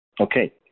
okay